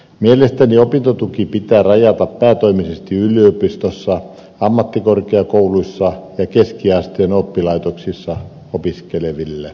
mielestäni opintotuki pitää rajata päätoimisesti yliopistoissa ammattikorkeakouluissa ja keskiasteen oppilaitoksissa opiskeleville